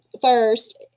First